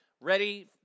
ready